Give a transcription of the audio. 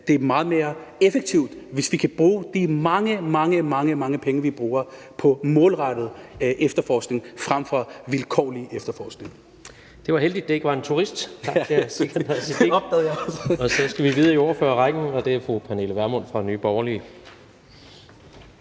det er meget mere effektivt, hvis vi kunne bruge de mange, mange penge, som vi bruger, på målrettet efterforskning frem for en vilkårlig efterforskning. Kl. 13:28 Tredje næstformand (Jens Rohde): Det var heldigt, at det ikke var en turist. Så skal vi videre i ordførerrækken, og det er fru Pernille Vermund fra Nye Borgerlige.